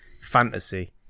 fantasy